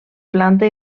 planta